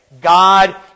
God